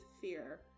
fear